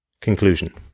Conclusion